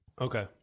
Okay